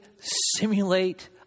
simulate